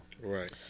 right